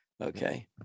Okay